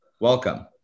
welcome